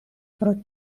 pro